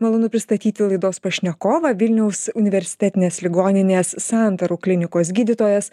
malonu pristatyti laidos pašnekovą vilniaus universitetinės ligoninės santarų klinikos gydytojas